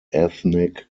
ethnic